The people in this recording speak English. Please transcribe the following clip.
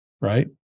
right